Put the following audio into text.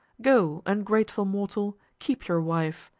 go, ungrateful mortal, keep your wife,